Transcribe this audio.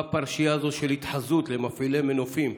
באה הפרשייה הזאת של התחזות למפעילי מנופים.